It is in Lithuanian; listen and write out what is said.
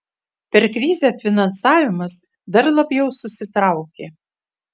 per krizę finansavimas dar labiau susitraukė